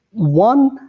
one,